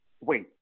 Wait